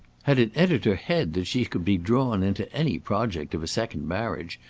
had it entered her head that she could be drawn into any project of a second marriage,